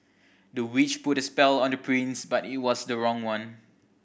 the witch put a spell on the prince but it was the wrong one